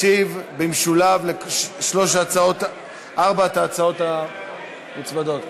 ישיב במשולב על ארבע ההצעות המוצמדות,